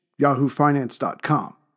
yahoofinance.com